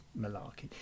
malarkey